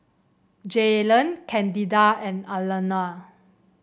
Jaylon Candida and Alanna